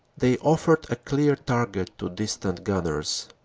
they offered a clear target to distant gunners.